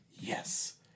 yes